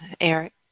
Eric